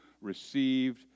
received